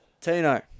Tino